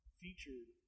featured